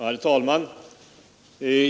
Herr talman!